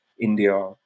India